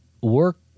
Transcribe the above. work